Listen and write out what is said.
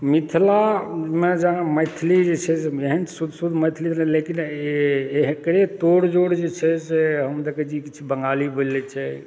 मिथिलामे जँ मैथिली जे छै से जहन शुद्ध शुद्ध मैथिली भेलय लेकिन ई एकरे तोड़ जोड़ जे छै से हम देखैत छियै किछु बंगाली बोलि लैत छै